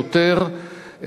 שוטר,